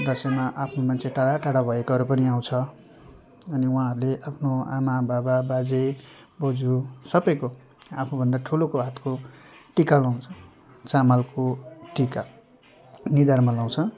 दसैँमा आफ्नो मान्छे टाढा टाढा भएकोहरू पनि आउँछन् अनि उहाँहरूले आफ्नो आमाबाबा बाजेबोजु सबैको आफूभन्दा ठुलोको हातको टिका लगाउँछ चामलको टिका निधारमा लगाउँछ